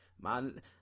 man